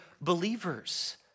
believers